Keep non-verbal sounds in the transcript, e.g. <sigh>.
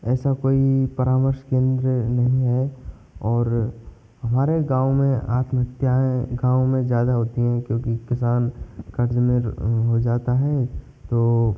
ऐसा कोई परामर्श <unintelligible> नहीं है और हमारे गाँव में आत्महत्याएँ गाँव में ज्यादा होती हैं क्योंकि किसान क़र्ज़ में हो जाता है तो